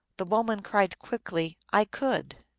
the woman cried quickly, i could!